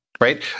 right